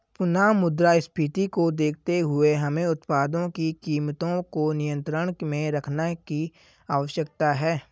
पुनः मुद्रास्फीति को देखते हुए हमें उत्पादों की कीमतों को नियंत्रण में रखने की आवश्यकता है